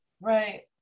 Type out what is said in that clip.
Right